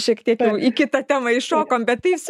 šiek tiek į kitą temą įšokom